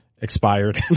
expired